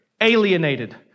alienated